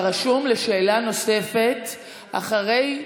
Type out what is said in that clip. אתה רשום לשאלה נוספת אחרי.